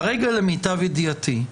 כרגע למיטב ידיעתי,